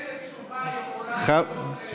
איזה תשובה יכולה להיות רלוונטית אחרי שנתיים וחצי,